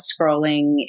scrolling